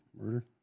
Murder